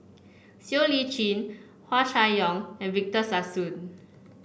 Siow Lee Chin Hua Chai Yong and Victor Sassoon